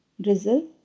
Drizzle